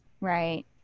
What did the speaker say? right